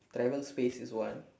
travel space is one